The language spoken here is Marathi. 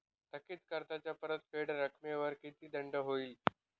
थकीत कर्जाच्या परतफेड रकमेवर किती दंड होईल?